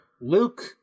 luke